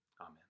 Amen